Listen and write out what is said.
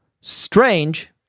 Strange